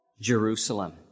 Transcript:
Jerusalem